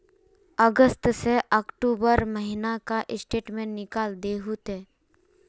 अगस्त से अक्टूबर महीना का स्टेटमेंट निकाल दहु ते?